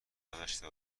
نداشته